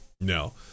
No